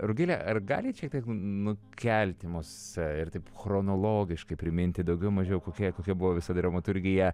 rugile ar galit šiek tiek nukelti mus ir taip chronologiškai priminti daugiau mažiau kokia kokia buvo visa dramaturgija